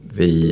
vi